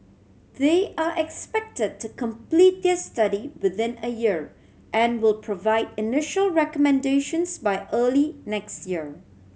they are expected to complete their study within a year and will provide initial recommendations by early next year